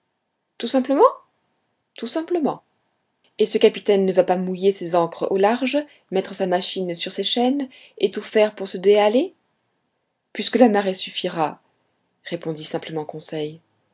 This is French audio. tout simplement tout simplement et ce capitaine ne va pas mouiller ses ancres au large mettre sa machine sur ses chaînes et tout faire pour se déhaler puisque la marée suffira répondit simplement conseil